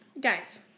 guys